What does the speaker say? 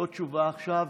לא תשובה עכשיו,